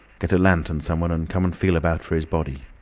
get a lantern, someone, and come and feel about for his body.